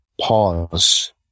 pause